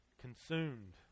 consumed